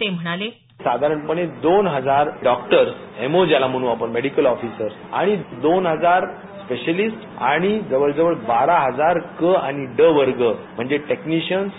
ते म्हणाले साधारणपणे दोन हजार डॉक्टर्स एम ओ ज्याला म्हणू आपण मेडिकल ऑफिसर आणि दोन हजार स्पेशालिस्ट आणि जवळ जवळ बारा हजार क आणि ड वर्ग म्हणजे टेक्नीशियन्स